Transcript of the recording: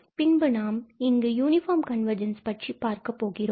பின்பு நாம் இங்கு யூனிபார்ம் கன்வர்ஜென்ஸ் பற்றி பார்க்க போகிறோம்